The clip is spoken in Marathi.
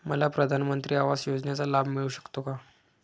मला प्रधानमंत्री आवास योजनेचा लाभ मिळू शकतो का?